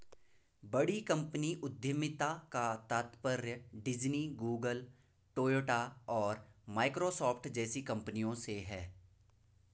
बड़ी कंपनी उद्यमिता का तात्पर्य डिज्नी, गूगल, टोयोटा और माइक्रोसॉफ्ट जैसी कंपनियों से है